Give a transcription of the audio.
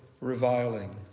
reviling